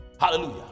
hallelujah